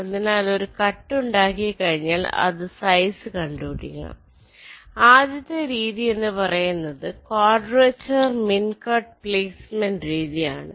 അതിനാൽ ഒരു കട്ട് ഉണ്ടാക്കി കഴിഞ്ഞാൽ അതിന്റെ സൈസ് കണ്ടുപിടിക്കണം ആദ്യത്തെ രീതി എന്ന് പറയുന്നത് ക്വാഡ്രാച്ചേർ മിൻക്കട്ട് പ്ലേസ്മെന്റ് രീതി ആണ്